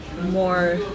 more